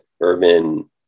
urban